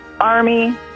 Army